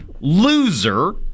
loser